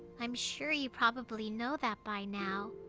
i'm sure you probably know that by now.